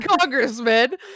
congressman